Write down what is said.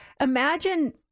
imagine